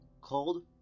Cold